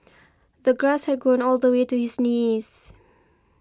the grass had grown all the way to his knees